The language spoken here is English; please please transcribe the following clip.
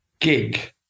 gig